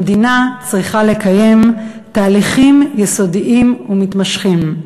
המדינה צריכה לקיים תהליכים יסודיים ומתמשכים.